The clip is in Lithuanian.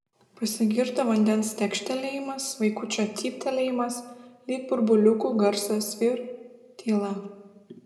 pasigirdo vandens tekštelėjimas vaikučio cyptelėjimas lyg burbuliukų garsas ir tyla